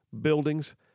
buildings